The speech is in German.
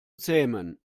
zähmen